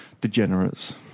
degenerates